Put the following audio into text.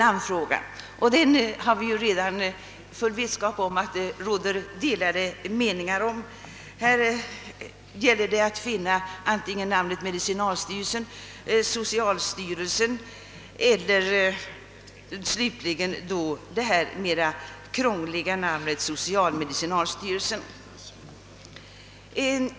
Vi har full vetskap om att det råder delade meningar beträffande namnfrågan. Det gäller att välja antingen medicinalstyrelsen, socialstyrelsen eller det krångliga social-medicinalstyrelsen.